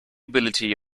ability